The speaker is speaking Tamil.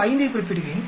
05 ஐ குறிப்பிடுவேன்